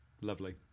lovely